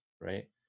right